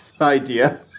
idea